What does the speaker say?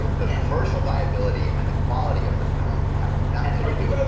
and the commercial viability and the quality of the film have nothing you know